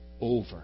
over